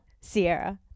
sierra